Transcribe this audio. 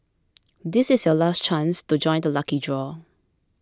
this is your last chance to join the lucky draw